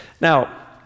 Now